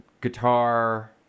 guitar